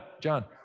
John